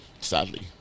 sadly